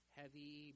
heavy